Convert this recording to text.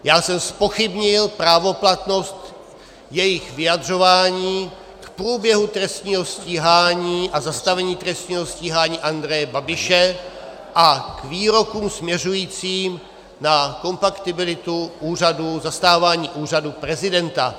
Já jsem zpochybnil právoplatnost jejich vyjadřování k průběhu trestního stíhání a zastavení trestního stíhání Andreje Babiše a k výrokům směřujícím na kompatibilitu úřadu, zastávání úřadu prezidenta.